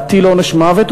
להטיל עונש מוות,